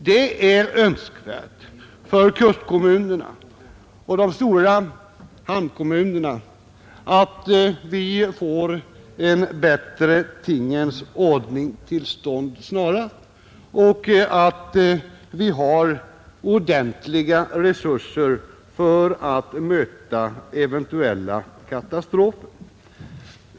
Det är önskvärt för kustkommunerna och de stora hamnkommunerna att vi får en bättre tingens ordning till stånd snarast och att vi har ordentliga resurser för att möta eventuella katastrofer.